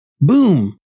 Boom